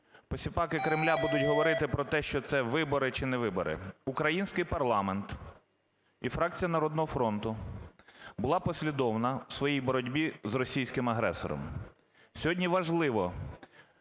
Посіпаки Кремля будуть говорити про те, що це вибори чи не вибори. Український парламент і фракція "Народного фронту" була послідовна в своїй боротьбі з російським агресором. Сьогодні важлива